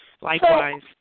Likewise